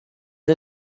les